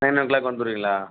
nine o'clock வந்துடுவிங்களா